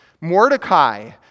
Mordecai